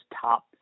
top